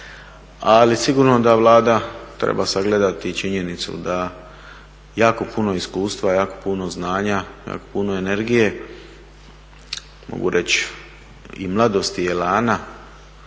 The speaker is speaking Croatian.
Ali sigurno da Vlada treba sagledati i činjenicu da jako puno iskustva, jako puno znanja, jako puno energije, mogu reći i mladosti i elana